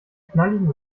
knalligen